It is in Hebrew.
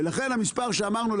ולכן המספר שאמרנו,